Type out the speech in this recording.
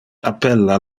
appella